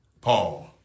Paul